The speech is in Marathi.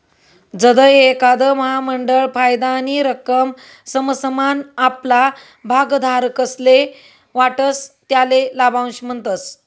जधय एखांद महामंडळ फायदानी रक्कम समसमान आपला भागधारकस्ले वाटस त्याले लाभांश म्हणतस